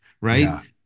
right